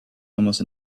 almost